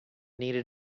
needed